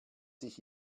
sich